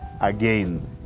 again